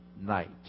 night